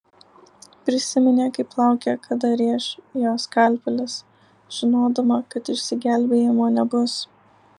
prisiminė kaip laukė kada rėš jo skalpelis žinodama kad išsigelbėjimo nebus